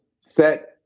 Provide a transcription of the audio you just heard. set